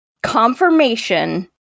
Confirmation